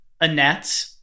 Annette